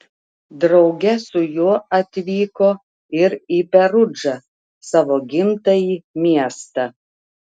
drauge su juo atvyko ir į perudžą savo gimtąjį miestą